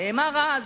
נאמר אז,